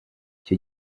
icyo